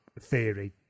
theory